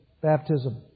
Baptism